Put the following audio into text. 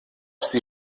sie